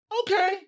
okay